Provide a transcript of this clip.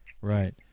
right